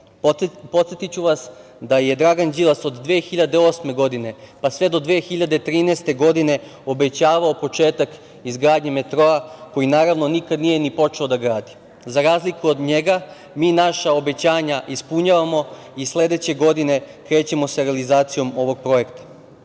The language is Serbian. metroa. Podsetiću vas da je Dragan Đilas od 2008. godine pa sve do 2013. godine obećavao početak izgradnje metroa koji naravno nikada nije ni počeo da gradi. Za razliku od njega, mi naša obećanja ispunjavamo i sledeće godine krećemo sa realizacijom ovog projekta. Kada